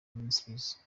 ministries